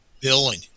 billing